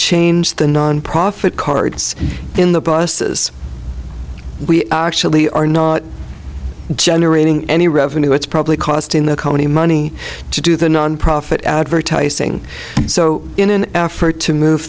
change the non profit cards in the busses we actually are not generating any revenue it's probably costing the county money to do the nonprofit advertising so in an effort to move